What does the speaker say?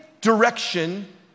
direction